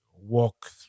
walk